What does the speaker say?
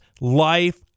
life